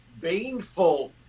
baneful